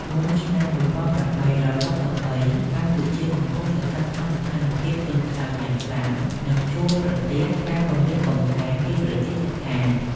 មុនឆ្នាំ ១៨៦៣ កម្ពុជាកំពុងស្ថិតក្នុងស្ថានភាពទន់ខ្សោយយ៉ាងខ្លាំង និងជួបប្រទះការគំរាមកំហែងពីប្រទេសជិតខាង។